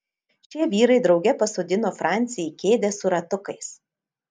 šie vyrai drauge pasodino francį į kėdę su ratukais